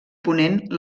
ponent